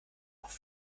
auch